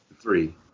Three